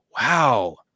Wow